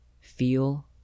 feel